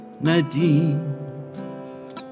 Nadine